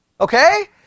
Okay